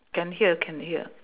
can hear can hear